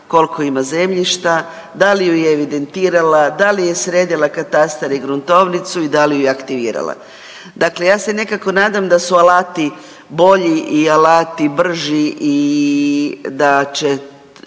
koliko ima zemljišta, da li ju je evidentirala, da li je sredila katastar i gruntovnicu i da li ju je aktivirala. Dakle ja se nekako nadam da su alati bolji i alati brži i da će